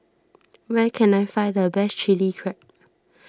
where can I find the best Chili Crab